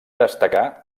destacar